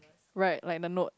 right like the note